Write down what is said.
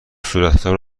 صورتحساب